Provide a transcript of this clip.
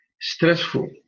stressful